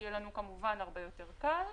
כדי שיהיה לנו הרבה יותר קל.